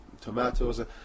tomatoes